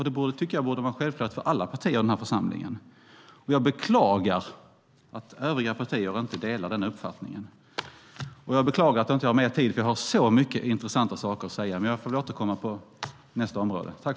Det borde vara en självklarhet för alla partier i denna församling, och jag beklagar att övriga partier inte delar den uppfattningen. Jag beklagar också att jag inte har mer talartid för jag har så mycket intressanta saker att säga, men jag får väl återkomma i nästa ärendedebatt.